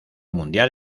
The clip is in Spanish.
mundial